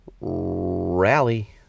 rally